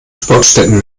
sportstätten